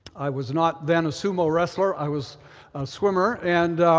i was not then a sumo wrestler. i was a swimmer, and